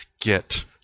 get